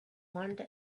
wander